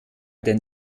denn